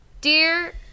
Dear